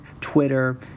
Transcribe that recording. Twitter